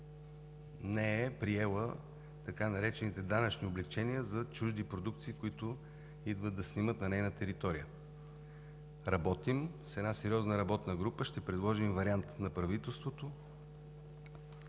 не е приела така наречените данъчни облекчения за чужди продукции, които идват да снимат на нейна територия. Работим с една сериозна работна група и ще предложим вариант на правителството,